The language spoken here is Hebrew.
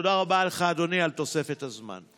ותודה רבה לך, אדוני, על תוספת הזמן.